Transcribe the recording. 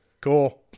cool